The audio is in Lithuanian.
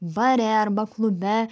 bare arba klube